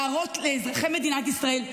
להראות לאזרחי מדינת ישראל,